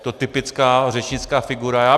Je to typická řečnická figura.